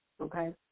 Okay